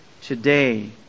Today